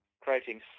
creating